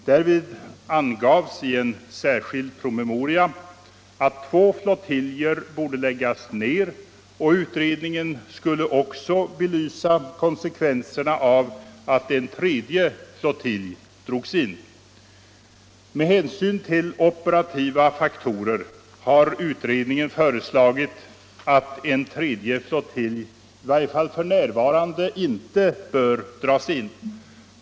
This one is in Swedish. Därvid angavs i en särskild promemoria att två flottiljer borde läggas ner, och utredningen skulle också belysa konsekvenserna av att en tredje flottilj drogs in. Med hänsyn till operativa faktorer har utredningen föreslagit att en tredje flottilj i varje fall f. n. inte bör dras in.